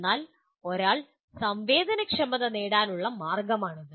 എന്നാൽ ഒരാൾക്ക് സംവേദനക്ഷമത നേടാനുള്ള മാർഗമാണിത്